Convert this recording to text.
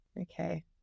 Okay